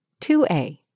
2a